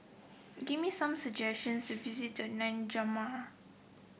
give me some suggestions to visit in N'Djamena